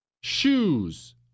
Shoes